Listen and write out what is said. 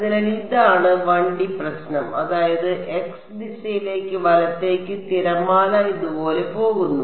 അതിനാൽ ഇതാണ് 1D പ്രശ്നം അതായത് x ദിശയിൽ വലത്തേക്ക് തിരമാല ഇതുപോലെ പോകുന്നു